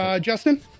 Justin